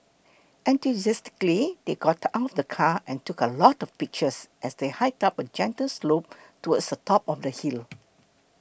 enthusiastically they got out of the car and took a lot of pictures as they hiked up a gentle slope towards the top of the hill